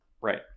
right